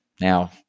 Now